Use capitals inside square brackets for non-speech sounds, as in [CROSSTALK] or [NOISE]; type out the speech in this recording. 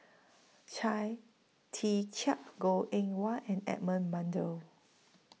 Chia Tee [NOISE] Chiak Goh Eng Wah and Edmund [UNINTELLIGIBLE]